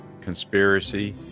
conspiracy